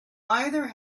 either